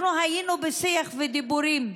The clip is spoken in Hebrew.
אנחנו היינו בשיח ובדיבורים,